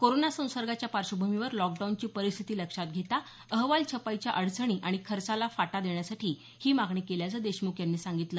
corona संसर्गाच्या पार्श्वभूमीवर लॉकडाऊनची परिस्थिती लक्षात घेता अहवाल छपाईच्या अडचणी आणि खर्चाला फाटा देण्यासाठी ही मागणी केल्याचं देशमुख यांनी सांगितलं